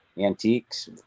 antiques